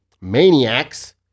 maniacs